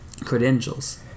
credentials